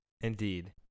Indeed